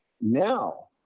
now